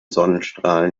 sonnenstrahlen